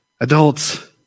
Adults